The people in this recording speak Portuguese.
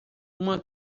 uma